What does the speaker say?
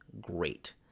great